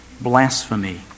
blasphemy